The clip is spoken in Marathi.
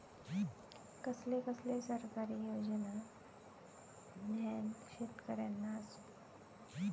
कसले कसले सरकारी योजना न्हान शेतकऱ्यांना आसत?